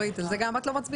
אורית, על זה גם את לא מצביעה?